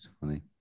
funny